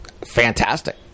fantastic